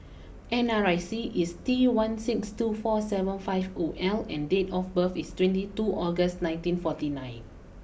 N R I C is T one six two four seven five zero L and date of birth is twenty two August nineteen forty nine